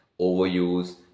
overuse